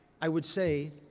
i would say,